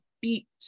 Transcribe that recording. beat